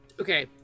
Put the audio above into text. okay